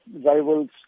rivals